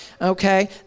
Okay